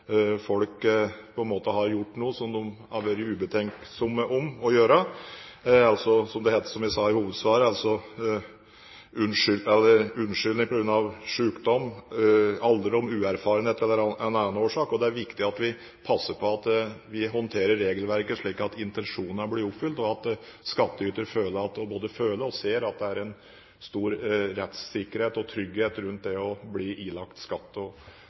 folk har gjort noe som de var ubetenksomme i å gjøre – som jeg sa i hovedsvaret – forhold som er unnskyldelige på grunn av sykdom, alderdom, uerfarenhet eller annen årsak. Det er viktig at vi passer på at vi håndterer regelverket slik at intensjonene blir oppfylt, og at skattyter både føler og ser at det er en stor rettssikkerhet og trygghet rundt det å bli ilagt skatt.